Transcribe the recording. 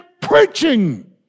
preaching